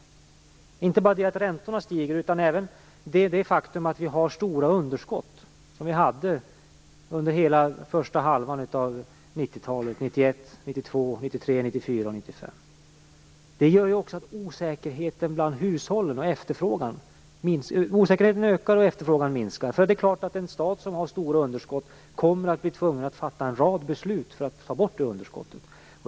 Det är inte bara så att räntorna stiger, utan det är även ett faktum att vi hade stora underskott 1991, 1992, 1993, 1994 och 1995. Det gör att osäkerheten bland hushållen ökar och efterfrågan minskar. En stat som har stora underskott kommer att bli tvungen att fatta en rad beslut för att ta bort dessa underskott.